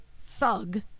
thug